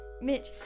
Mitch